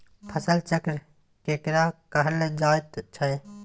फसल चक्र केकरा कहल जायत छै?